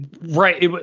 Right